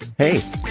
Hey